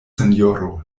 sinjoro